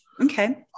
Okay